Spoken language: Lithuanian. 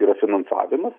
yra finansavimas